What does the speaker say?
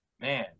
Man